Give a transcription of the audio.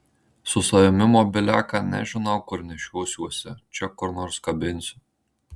su savimi mobiliaką nežinau kur nešiosiuosi čia kur nors kabinsiu